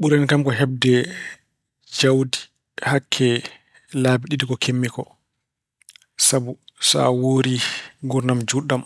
Ɓurani kam ko heɓde jawdi hakke laabi ɗiɗi ko keɓmi. Sabu sa wuuri nguurndam juutɗam